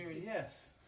Yes